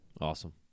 Awesome